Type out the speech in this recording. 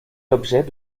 l’objet